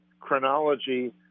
chronology